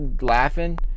laughing